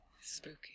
Spooky